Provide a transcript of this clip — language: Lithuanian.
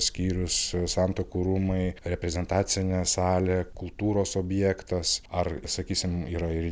skyrius santuokų rūmai reprezentacinė salė kultūros objektas ar sakysim yra ir